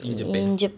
in japan